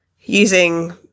using